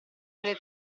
quelle